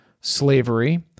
slavery